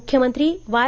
मुख्यमंत्री वाय